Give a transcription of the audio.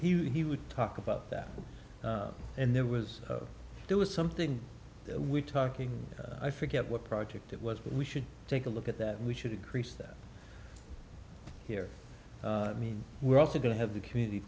was he would talk about that and there was there was something we talking i forget what project it was but we should take a look at that we should increase that here mean we're also going to have the community